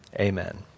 Amen